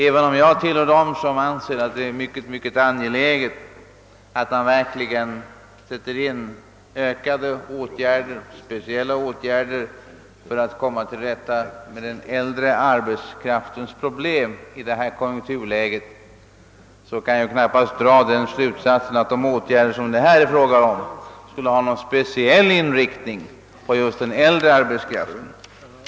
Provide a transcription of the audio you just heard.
Även om jag tillhör dem som anser att det är mycket angeläget att verkligen sätta in större och mera speciella åtgärder för att komma till rätta med den äldre arbetskraftens problem i nuvarande konjunkturläge, kommer jag knappast till den slutsatsen att de åtgärder som nu är aktuella skulle ha någon särskild inriktning på just den äldre arbetskraften.